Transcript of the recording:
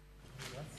ברכה,